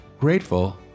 grateful